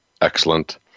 excellent